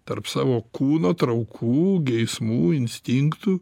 tarp savo kūno traukų geismų instinktų